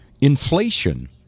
Inflation